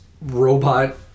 robot